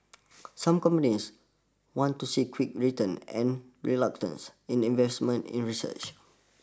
some companies want to see quick returns and reluctance in investment in research